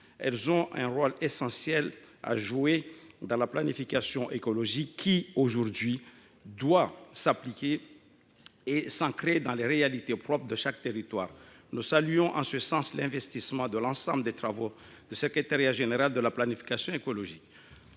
elles ont un rôle essentiel à jouer dans ladite planification qui doit s’appliquer et s’ancrer dans les réalités propres à chaque territoire. Nous saluons en ce sens l’investissement et l’ensemble des travaux du secrétariat général à la planification écologique.